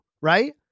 right